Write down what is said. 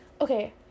Okay